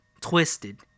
Twisted